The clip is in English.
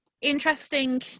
interesting